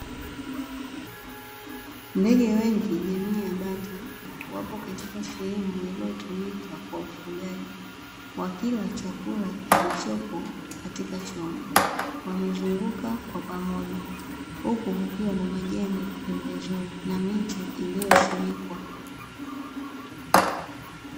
Ndege wengi jamii ya bata wapo katika sehemu iliyotumika kwa ufugaji wakila chakula kilichopo katika chombo, wamezunguka kwa pamoja huku kukiwa na majani pembezoni na miti iliyosimikwa.